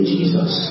Jesus